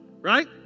right